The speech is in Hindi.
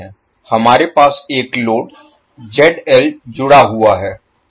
हमारे पास एक लोड ZL जुड़ा हुआ है